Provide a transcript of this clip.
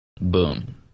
Boom